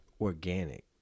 organic